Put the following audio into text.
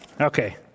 Okay